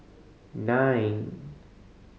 nine